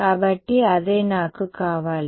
కాబట్టి అదే నాకు కావాలి